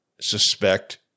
suspect